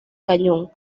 cañón